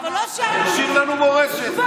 השאיר לנו מורשת.